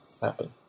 happen